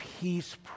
peace